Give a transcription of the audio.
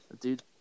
Dude